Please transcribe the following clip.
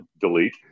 Delete